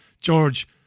George